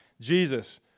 Jesus